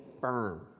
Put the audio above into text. firm